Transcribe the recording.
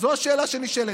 זאת השאלה שנשאלת.